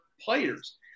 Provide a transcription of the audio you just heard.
players